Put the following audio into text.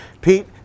Pete